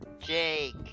Jake